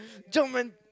German